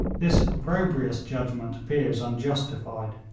this opprobrious judgment appears unjustified.